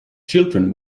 children